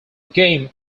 game